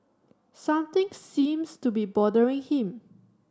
something seems to be bothering him